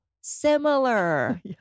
similar